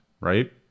right